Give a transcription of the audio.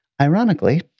Ironically